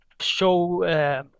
show